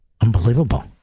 unbelievable